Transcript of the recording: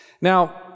Now